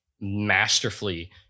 masterfully